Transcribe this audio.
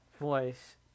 Voice